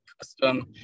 custom